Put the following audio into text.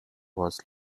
was